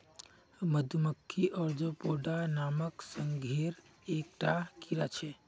मधुमक्खी ओर्थोपोडा नामक संघेर एक टा कीड़ा छे